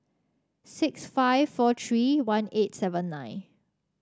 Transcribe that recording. six five four three one eight seven nine